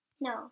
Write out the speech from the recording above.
No